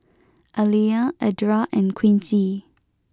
Aliyah Edra and Quincy